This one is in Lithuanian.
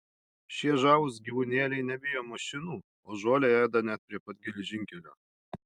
šie žavūs gyvūnėliai nebijo mašinų o žolę ėda net prie pat geležinkelio